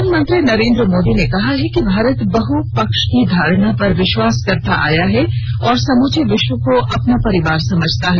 प्रधानमंत्री नरेंद्र मोदी ने कहा है कि भारत बहुपक्षीयता की धारणा पर विश्वास करता आया है और समूचे विश्व को अपना परिवार समझता है